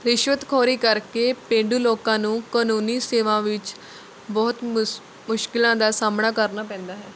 ਰਿਸ਼ਵਤਖੋਰੀ ਕਰਕੇ ਪੇਂਡੂ ਲੋਕਾਂ ਨੂੰ ਕਾਨੂੰਨੀ ਸੇਵਾ ਵਿੱਚ ਬਹੁਤ ਮੁਸ਼ ਮੁਸ਼ਕਿਲਾਂ ਦਾ ਸਾਹਮਣਾ ਕਰਨਾ ਪੈਂਦਾ ਹੈ